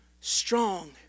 strong